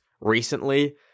recently